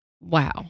Wow